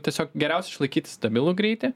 tiesiog geriausia išlaikyti stabilų greitį